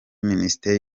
minisiteri